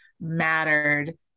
mattered